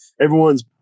Everyone's